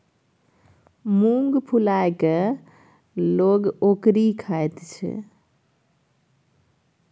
मुँग फुलाए कय लोक लोक ओकरी खाइत छै